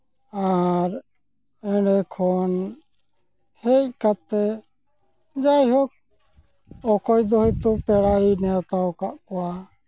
ᱟᱨ ᱮᱸᱰᱮ ᱠᱷᱚᱱ ᱦᱮᱡ ᱠᱟᱛᱮᱫ ᱡᱟᱭᱦᱳᱠ ᱚᱠᱚᱭ ᱫᱚ ᱦᱳᱭᱛᱳ ᱯᱮᱲᱟᱭ ᱱᱮᱣᱛᱟᱣ ᱠᱟᱜ ᱠᱚᱣᱟ